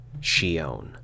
Shion